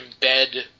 embed